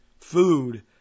food